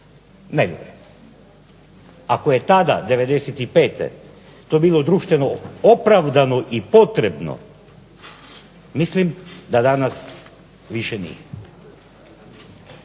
rekli. Ako je tada '95. to bilo društveno opravdano i potrebno, mislim da danas više nije.